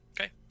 okay